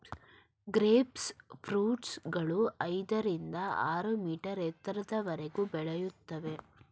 grape fruits ಗಿಡಗಳು ಐದರಿಂದ ಆರು ಮೀಟರ್ ಎತ್ತರದವರೆಗೆ ಬೆಳೆಯುತ್ತವೆ